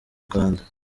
rwanda